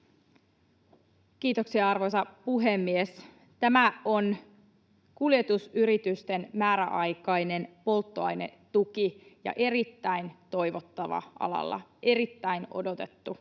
Kiitoksia, arvoisa puhemies! Tämä on kuljetusyritysten määräaikainen polttoainetuki ja erittäin toivottu alalla, erittäin odotettu alalla